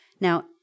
Now